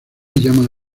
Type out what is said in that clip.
llaman